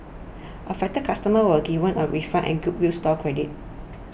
affected customers were given a refund and goodwill store credit